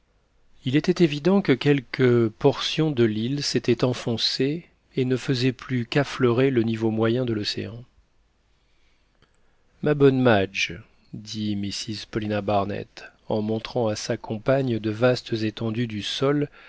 il était évident que quelques portions de l'île s'étaient enfoncées et ne faisaient plus qu'affleurer le niveau moyen de l'océan ma bonne madge dit mrs paulina barnett en montrant à sa compagne de vastes étendues du sol